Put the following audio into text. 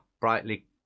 brightly